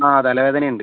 അ തലവേദനയുണ്ട്